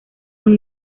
son